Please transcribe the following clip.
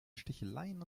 sticheleien